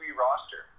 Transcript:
roster